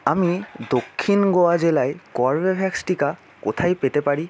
আমি দক্ষিণ গোয়া জেলায় কর্বেভ্যাক্স টিকা কোথায় পেতে পারি